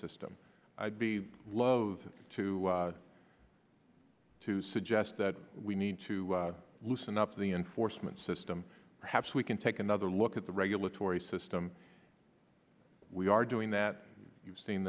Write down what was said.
system be love to to suggest that we need to loosen up the enforcement system perhaps we can take another look at the regulatory system we are doing that we've seen